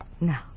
Now